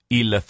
il